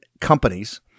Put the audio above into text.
companies